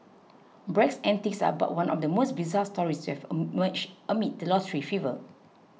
Bragg's antics are but one of the many bizarre stories to have emerged amid the lottery fever